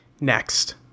Next